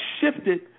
shifted